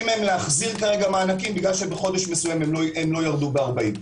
מהם להחזיר מענקים כי בחודש מסוים לא ירדו ב-40%.